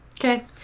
okay